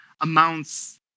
amounts